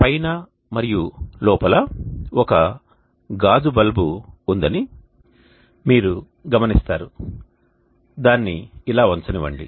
పైన మరియు లోపల ఒక గాజు బల్బు ఉందని మీరు గమనిస్తారు దానిని ఇలా వంచనివ్వండి